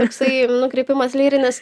toksai nukrypimas lyrinis